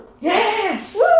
Yes